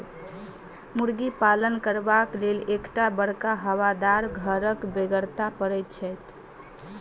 मुर्गी पालन करबाक लेल एक टा बड़का हवादार घरक बेगरता पड़ैत छै